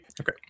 Okay